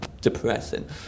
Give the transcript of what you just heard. depressing